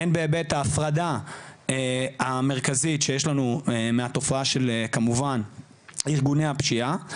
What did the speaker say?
הן בהיבט ההפרדה המרכזית שיש לנו מהתופעה של ארגוני הפשיעה,